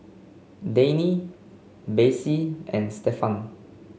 Dayne Bessie and Stefan